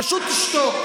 פשוט תשתוק.